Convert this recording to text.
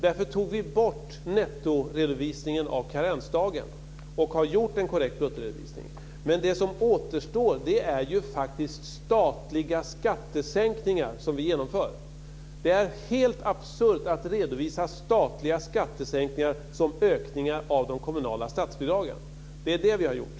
Därför tog vi bort nettoredovisningen av karensdagen och har gjort en korrekt bruttoredovisning. Men det som återstår är ju faktiskt statliga skattesänkningar som vi genomför. Det är helt absurt att redovisa statliga skattesänkningar som ökningar av de kommunala statsbidragen. Det är detta vi har gjort.